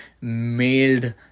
mailed